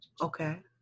Okay